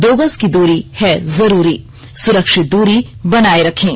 दो गज की दूरी है जरूरी सुरक्षित दूरी बनाए रखें